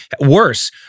Worse